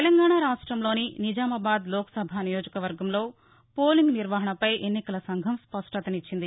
తెలంగాణ రాష్టంలోని నిజామాబాద్ లోక్సభ నియోజకవర్గంలో పోలింగ్ నిర్వహణపై ఎన్నికల సంఘం స్పష్ణతనిచ్చింది